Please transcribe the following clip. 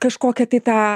kažkokią tai tą